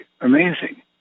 amazing